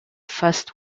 first